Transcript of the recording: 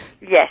Yes